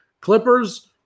Clippers –